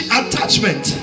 attachment